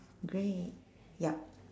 grey yup